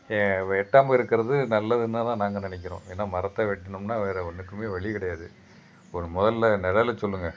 வெட்டாமல் இருக்கிறது நல்லதுன்னு தான் நாங்கள் நினைக்கிறோம் ஏன்னால் மரத்தை வெட்டுனோம்னால் வேறு ஒன்றுக்குமே வழி கிடையாது இப்போ ஒரு முதல்ல நிழல சொல்லுங்கள்